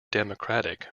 democratic